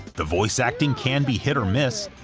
the voice acting can be hit or miss,